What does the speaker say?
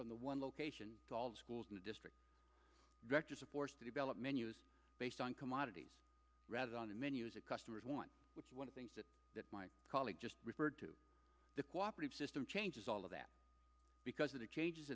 from the one location schools in the district directors of course to develop menus based on commodities rather than on the menus of customers one which one of things that my colleague just referred to the co operative system changes all of that because of the changes